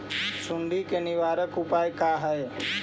सुंडी के निवारक उपाय का हई?